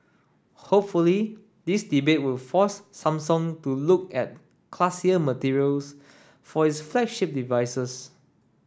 hopefully this debate will force Samsung to look at classier materials for its flagship devices